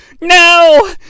No